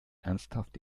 ernsthaft